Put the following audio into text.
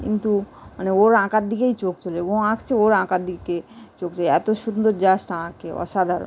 কিন্তু মানে ওর আঁকার দিকেই চোখ চলে যাবে ও আঁকছে ওর আঁকার দিকে চোখ চলে যায় এত সুন্দর জাস্ট আঁকে অসাধারণ